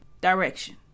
direction